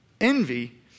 Envy